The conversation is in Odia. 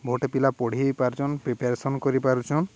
ପିଲା ପଢ଼ାଇ ପାରୁଛନ୍ ପ୍ରିପାରେସନ୍ କରିପାରୁଛନ୍